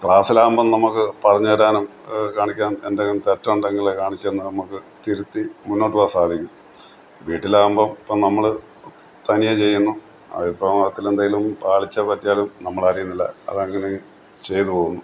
ക്ലാസ്സിലാകുമ്പോൾ നമുക്കു പറഞ്ഞു തരാനും കാണിക്കാൻ എന്തെങ്കിലും തെറ്റുണ്ടെങ്കിൽ കാണിച്ചു തന്നു നമുക്ക് തിരുത്തി മുന്നോട്ടു പോകാൻ സാധിക്കും വീട്ടിൽ ആകുമ്പോൾ ഇപ്പം നമ്മൾ തനിയെ ചെയ്യുന്നു അതിപ്പോൾ അതിലെന്തെങ്കിലും പാളിച്ച പറ്റിയാലും നമ്മളറിയുന്നില്ല അതങ്ങനെ ചെയ്തു പോകുന്നു